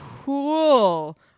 cool